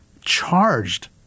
charged